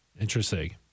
Interesting